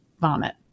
vomit